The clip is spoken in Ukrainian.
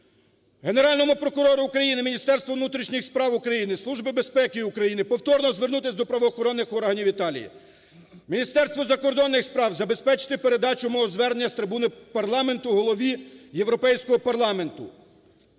Генеральному прокурору України, Міністерству внутрішніх справ України, Службі безпеки України повторно звернутися до правоохоронних органів Італії. Міністерству закордонних справ забезпечити передачу мого звернення з трибуни парламенту голові Європейського парламенту.